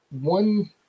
One